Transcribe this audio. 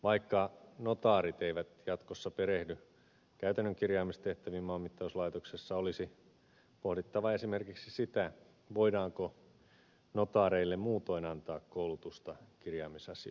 vaikka notaarit eivät jatkossa perehdy käytännön kirjaamistehtäviin maanmittauslaitoksessa olisi pohdittava esimerkiksi sitä voidaanko notaareille muutoin antaa koulutusta kirjaamisasioissa